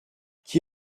qui